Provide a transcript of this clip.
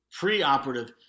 preoperative